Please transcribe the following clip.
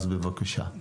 בבקשה.